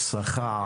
יש עוד שכר.